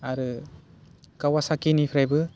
आरो कावासाखिनिफ्रायबो